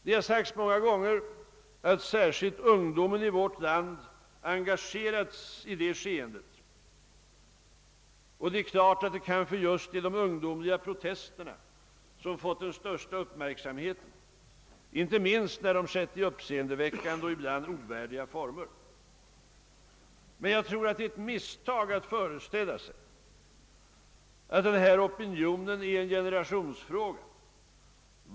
Det har många gånger sagts att särskilt ungdomen i vårt land engagerats i detta skeende, och det är klart att det kanske är just de ungdomliga protesterna som fått den största uppmärksamheten, inte minst när de ägt rum i uppseendeväckande och ibland ovärdiga former. Men jag tror att det är misstag att föreställa sig, att den här opinionen är en generationsfråga.